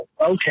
okay